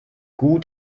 gut